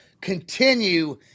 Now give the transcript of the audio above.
continue